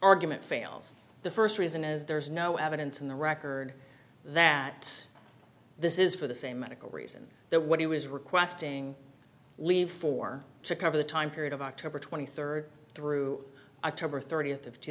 argument fails the first reason is there is no evidence in the record that this is for the same medical reason that what he was requesting leave for to cover the time period of october twenty third through october thirtieth of two